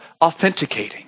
authenticating